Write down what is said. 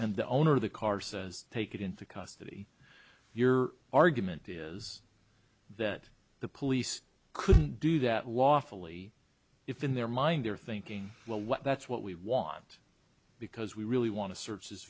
and the owner of the car says take it into custody your argument is that the police couldn't do that lawfully if in their mind they're thinking well what that's what we want because we really want to search